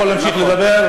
אני יכול להמשיך לדבר?